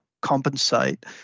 compensate